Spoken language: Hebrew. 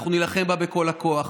אנחנו נילחם בה בכל הכוח.